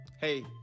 Hey